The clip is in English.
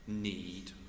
need